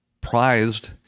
prized